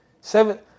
seven